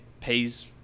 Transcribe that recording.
pays